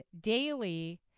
daily